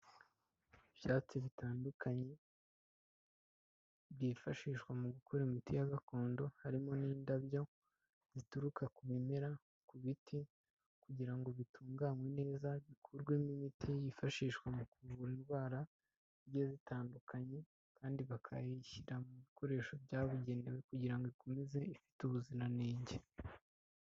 Ibyatsi bitandukanye byifashishwa mu gukora imiti ya gakondo harimo n'indabyo zituruka ku bimera, ku biti, kugira ngo bitunganwe neza bikorwemo imiti yifashishwa mu kuvura indwara zigiye zitandukanye kandi bakayishyira mu bikoresho byabugenewe kugira ngo ikomeze ifite ubuziranenge.